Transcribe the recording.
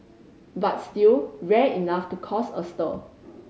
but still rare enough to cause a stir